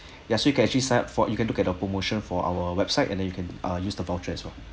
ya so you can actually sign up for you can look at the promotion for our website and then you can ah use the voucher as well